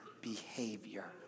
behavior